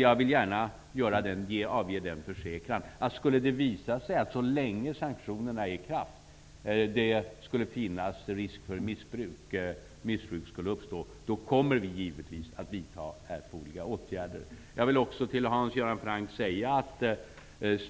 Jag vill gärna avge en försäkran att om det skulle visa sig att det finns risk för missbruk så länge sanktionerna är i kraft, kommer vi givetvis att vidta erforderliga åtgärder. Jag vill också till Hans Göran Franck säga att